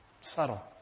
subtle